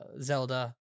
Zelda